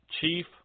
chief